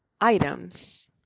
items